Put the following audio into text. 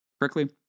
correctly